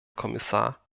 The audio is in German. kommissar